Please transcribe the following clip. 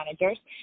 managers